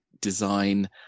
design